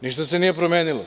Ništa se nije promenilo.